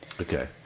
Okay